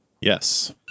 Yes